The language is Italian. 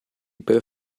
per